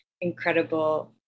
incredible